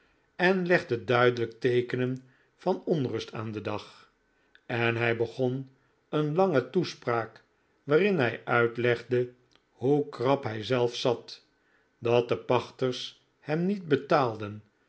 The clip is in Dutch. en legde duidelijk teekenen van onrust aan den dag en hij begon een lange toespraak waarin hij uitlegde hoe krap hij zelf zat dat de pachters hem niet betaalden